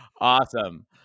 Awesome